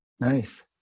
Nice